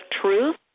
truth